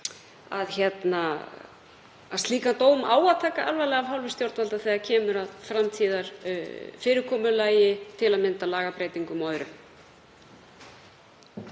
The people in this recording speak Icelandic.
að slíka dóma á að taka alvarlega af hálfu stjórnvalda þegar kemur að framtíðarfyrirkomulagi, til að mynda lagabreytingum og öðru.